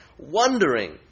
Wondering